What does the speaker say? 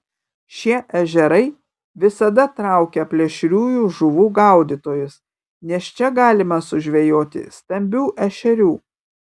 šie ežerai visada traukia plėšriųjų žuvų gaudytojus nes čia galima sužvejoti stambių ešerių